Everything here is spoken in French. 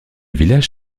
village